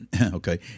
okay